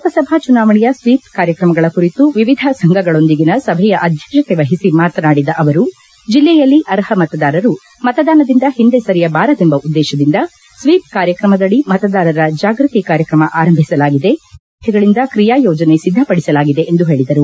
ಲೋಕಸಭಾ ಚುನಾವಣೆಯ ಸ್ವೀಪ್ ಕಾರ್ಯಕ್ರಮಗಳ ಕುರಿತು ವಿವಿಧ ಸಂಘಗಳೊಂದಿಗಿನ ಸಭೆಯ ಅಧ್ಧಕ್ಷತೆ ವಹಿಸಿಮಾತನಾಡಿದ ಅವರು ಜಿಲ್ಲೆಯಲ್ಲಿ ಅರ್ಹ ಮತದಾರರು ಮತದಾನದಿಂದ ಹಿಂದೆ ಸರಿಯಬಾರದೆಂಬ ಉದ್ಲೇಶದಿಂದ ಸ್ನೀಪ್ಕಾರ್ಯಕ್ರಮದಡಿ ಮತದಾರರ ಜಾಗೃತಿ ಕಾರ್ಯಕ್ರಮ ಆರಂಭಿಸಲಾಗಿದೆ ವಿವಿಧ ಇಲಾಖೆಗಳಿಂದ ಕ್ರಿಯಾ ಯೋಜನೆ ಸಿದ್ದಪಡಿಸಲಾಗಿದೆ ಎಂದು ಹೇಳದರು